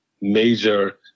major